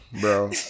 bro